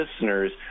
listeners